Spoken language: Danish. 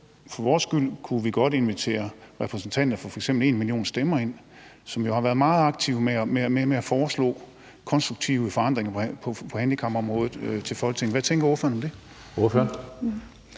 for vores skyld godt kunne invitere repræsentanter fra f.eks. #enmillionstemmer ind, som jo har været meget aktive med at foreslå konstruktive forandringer på handicapområdet til Folketinget. Hvad tænker ordføreren om det?